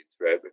right